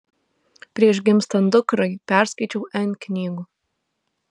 prieš gimstant dukrai perskaičiau n knygų